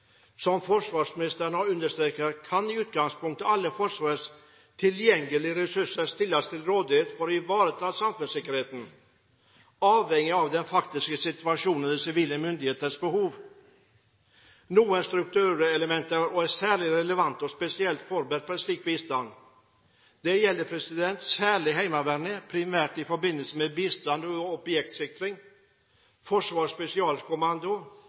Som forsvarsministeren har understreket, kan i utgangspunktet alle Forsvarets tilgjengelige ressurser stilles til rådighet for å ivareta samfunnssikkerheten, avhengig av den faktiske situasjonen og de sivile myndigheters behov. Noen strukturelementer er særlig relevante og spesielt forberedt på slik bistand. Det gjelder særlig Heimevernet, primært i forbindelse med bistand til objektsikring. Forsvarets spesialkommando